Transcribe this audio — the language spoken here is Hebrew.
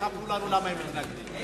יספרו לנו למה הם מתנגדים.